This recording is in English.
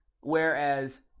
whereas